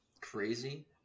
crazy